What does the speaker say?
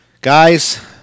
guys